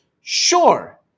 sure